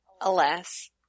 Alas